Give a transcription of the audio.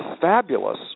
fabulous